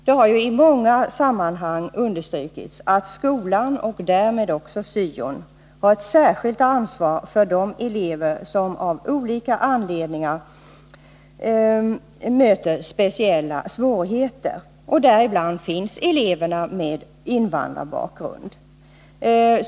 Det har i många sammanhang understrukits att skolan och därmed också syon har ett särskilt ansvar för de elever som av olika anledningar möter speciella svårigheter — och däribland finns eleverna med invandrarbakgrund.